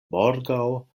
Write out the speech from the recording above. morgaŭ